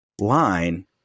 line